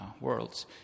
worlds